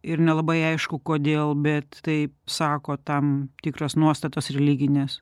ir nelabai aišku kodėl bet taip sako tam tikros nuostatos religinės